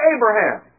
Abraham